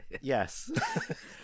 yes